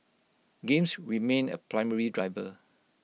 games remain A primary driver